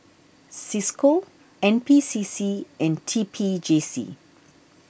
Cisco N P C C and T P J C